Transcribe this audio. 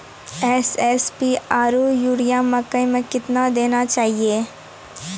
SSP आरु urea मकई मे कितना देना चाहिए?